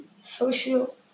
social